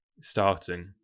starting